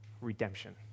Redemption